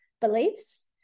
beliefs